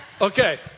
Okay